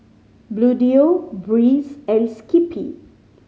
Bluedio Breeze and Skippy